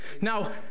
Now